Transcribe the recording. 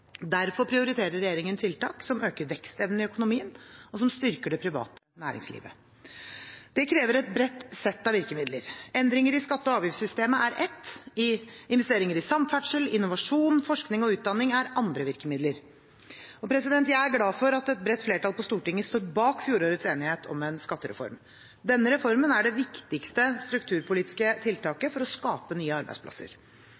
Derfor prioriterer regjeringen tiltak som øker vekstevnen i økonomien og styrker det private næringslivet. Det krever et bredt sett av virkemidler. Endringer i skatte- og avgiftssystemet er ett, investeringer i samferdsel, innovasjon, forskning og utdanning er andre virkemidler. Jeg er glad for at et bredt flertall på Stortinget står bak fjorårets enighet om en skattereform. Denne reformen er det viktigste strukturpolitiske